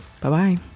bye-bye